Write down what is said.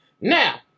Now